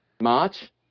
March